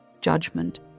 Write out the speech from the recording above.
judgment